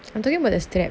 I'm talking about the strap